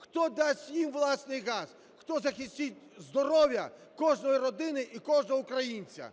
хто дасть їм власний газ, хто захистить здоров'я кожної родини і кожного українця.